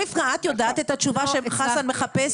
רבקה, את יודעת את התשובה שחסן מדבר?